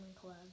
Club